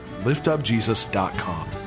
liftupjesus.com